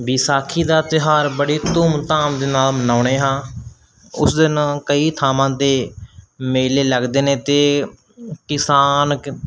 ਵਿਸਾਖੀ ਦਾ ਤਿਓਹਾਰ ਬੜੀ ਧੂਮਧਾਮ ਦੇ ਨਾਲ ਮਨਾਉਂਦੇ ਹਾਂ ਉਸ ਦਿਨ ਕਈ ਥਾਵਾਂ ਦੇ ਮੇਲੇ ਲੱਗਦੇ ਨੇ ਅਤੇ ਕਿਸਾਨ